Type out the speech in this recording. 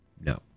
no